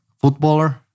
footballer